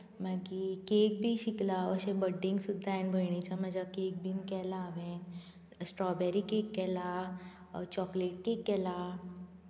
मागीर केक बी शिकला हांव अशे बर्डेग सुद्दां हांवें भयणीचो म्हाज्या केक बीन केला हांवें स्ट्रोबेरी केक केला चॉकलेट केक केला